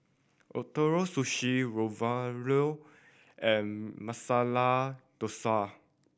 Ootoro Sushi Ravioli and Masala Dosa